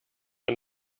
ein